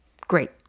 Great